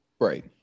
Right